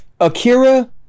akira